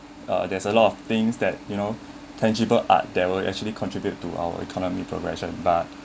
uh there's a lot of things that you know tangible art they were actually contribute to our economy progression but